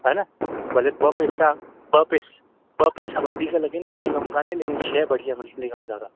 हे न भले ॿ पैसा ॿ पै ॿ पैसा वधीक लॻेनि काई कमु काने लेकिन शइ बढ़िया मिलिणी खपे दादा